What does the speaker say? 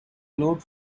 glowed